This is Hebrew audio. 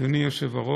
אדוני היושב-ראש,